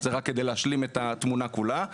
זה רק כדי להשלים את התמונה כולה.